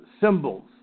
symbols